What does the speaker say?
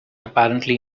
apparently